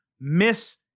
miss